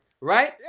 right